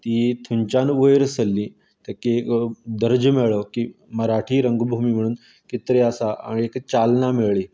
ती थंयच्यान वयर सरली एक दर्जो मेळ्ळो की मराठी रंगभुमी म्हूण कितें तरी आसा आनी एक चालना मेळ्ळी